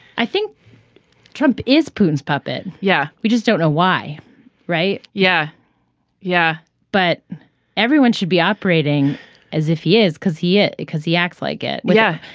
i think trump is putin's puppet. yeah we just don't know why right yeah yeah but everyone should be operating as if he is because he. because he acts like it. yeah.